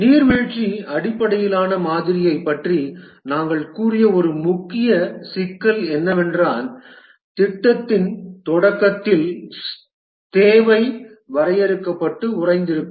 நீர்வீழ்ச்சி அடிப்படையிலான மாதிரியைப் பற்றி நாங்கள் கூறிய ஒரு முக்கிய சிக்கல் என்னவென்றால் திட்டத்தின் தொடக்கத்தில் தேவை வரையறுக்கப்பட்டு உறைந்திருக்கும்